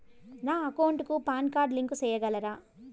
నా అకౌంట్ కు PAN card link సేయగలరా?